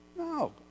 No